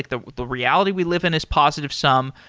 the the reality we live in is positive sum.